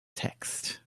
text